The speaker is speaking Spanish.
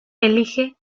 elige